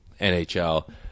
nhl